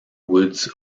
woods